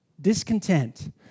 Discontent